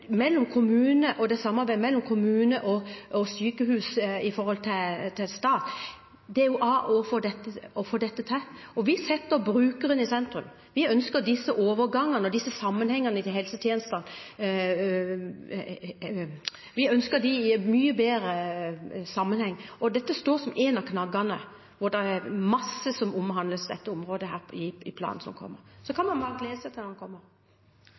Og det samspillet, de gode overgangene og samarbeidet mellom kommune og sykehus må en få til. Vi setter brukeren i sentrum. Vi ønsker disse overgangene og disse sammenhengene i helsetjenestene – vi ønsker en mye bedre sammenheng. Dette står som en av knaggene; det er masse som omhandler dette området i den planen som kommer. Så man kan bare glede seg til den kommer.